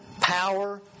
power